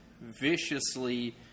viciously